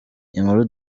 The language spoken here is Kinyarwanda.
inkuru